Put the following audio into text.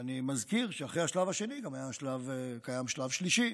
ואני מזכיר שאחרי השלב השני גם קיים שלב שלישי,